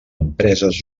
empreses